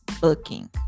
booking